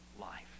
life